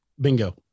Bingo